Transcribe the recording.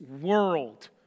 world